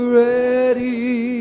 ready